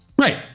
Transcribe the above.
Right